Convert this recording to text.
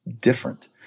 different